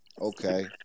Okay